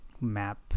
map